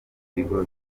bigo